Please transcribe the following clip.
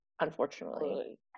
unfortunately